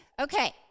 Okay